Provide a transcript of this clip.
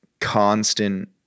constant